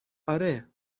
آره